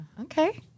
Okay